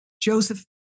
Joseph